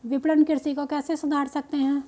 विपणन कृषि को कैसे सुधार सकते हैं?